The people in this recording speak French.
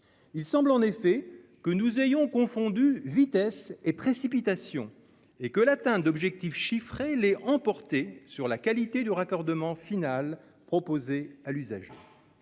Il semble en effet que nous ayons confondu vitesse et précipitation, et que l'atteinte d'objectifs chiffrés l'ait emporté sur la qualité du raccordement final proposé à l'usager.